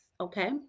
okay